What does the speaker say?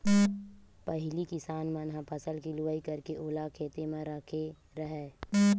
पहिली किसान मन ह फसल के लुवई करके ओला खेते म राखे राहय